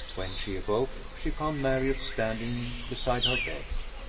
when she awoke, she found marriott standing beside her bed.